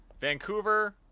Vancouver